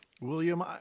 William